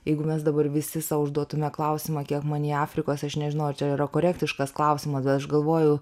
jeigu mes dabar visi sau užduotumė klausimą kiek man į afrikos aš nežinau čia yra korektiškas klausimas aš galvoju